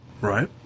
Right